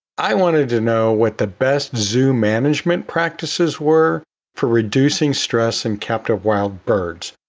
i wanted to know what the best zoo management practices were for reducing stress and kept wild birds,